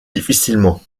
difficilement